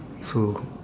so